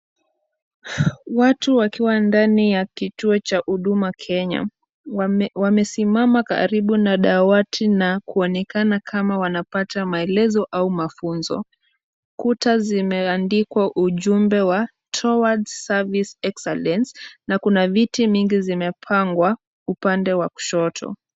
Watu wakiwa ndani ya kituo cha huduma Kenya. Wamesimama karibu na dawati na kuonekana kama wanapata maelezo au mafunzo. Kuta zimeandikwa ujumbe wa towards service excellence na kuna viti vingi zimepangwa upande wa kushoto.